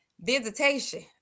visitation